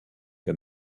que